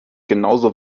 genauso